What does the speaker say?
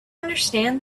understand